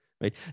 right